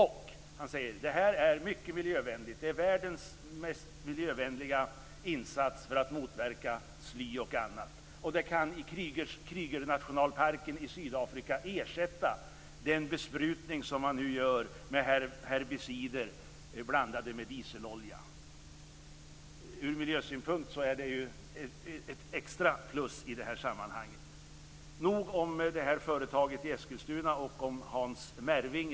Företagaren säger: Det här är mycket miljövänligt. Det är världens mest miljövänliga insats för att motverka sly och annat. Det kan i Krugerparken i Sydafrika ersätta den besprutning som man nu gör med herbicider blandat med dieselolja. Ur miljösynpunkt är det ju ett extra plus. Nog om detta företag i Eskilstuna och om Hans Merving.